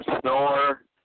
Snore